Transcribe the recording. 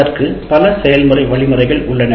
அதற்குப் பல செயல்முறை வழிமுறைகள் உள்ளன